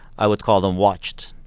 i would call them watched.